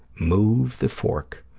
move the fork.